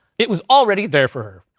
it was already there for her.